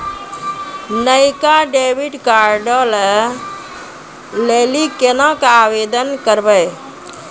नयका डेबिट कार्डो लै लेली केना के आवेदन करबै?